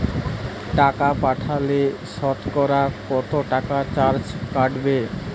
টাকা পাঠালে সতকরা কত টাকা চার্জ কাটবে?